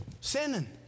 Sinning